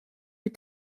die